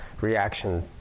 reaction